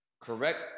correct